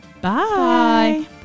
Bye